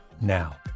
now